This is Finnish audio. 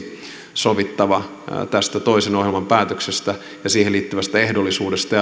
sovittava tästä toisen ohjelman päätöksestä ja siihen liittyvästä ehdollisuudesta